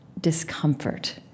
discomfort